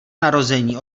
narození